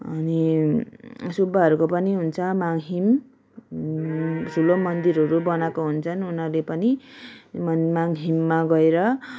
अनि सुब्बाहरूको पनि हुन्छ मङखिम ठुलो मन्दिरहरू बनाएको हुन्छन् उनीहरूले पनि मङ माङखिममा गएर